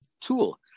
tool